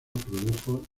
produjo